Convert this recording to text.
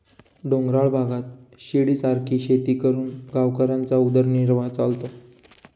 डोंगराळ भागात शिडीसारखी शेती करून गावकऱ्यांचा उदरनिर्वाह चालतो